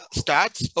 stats